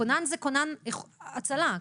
כונן זה כונן הצלה.